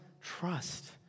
trust